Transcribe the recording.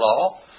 law